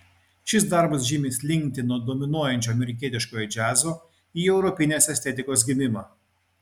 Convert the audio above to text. šis darbas žymi slinktį nuo dominuojančio amerikietiškojo džiazo į europinės estetikos gimimą